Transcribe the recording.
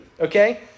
okay